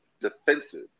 defensive